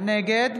נגד